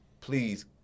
please